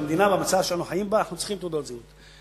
במצב שאנחנו חיים במדינה אנחנו צריכים תעודות זהות.